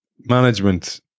management